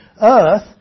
Earth